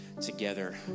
together